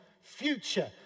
future